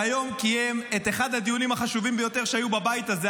שהיום קיים את אחד הדיונים החשובים ביותר שהיו בבית הזה,